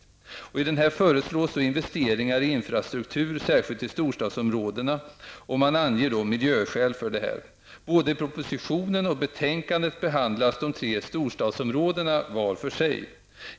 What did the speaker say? I denna proposition föreslås investeringar i infrastruktur, särskilt i storstadsområdena, och man anger miljöskäl för detta. Både i propositionen och i betänkandet behandlas de tre storstadsområdena var för sig.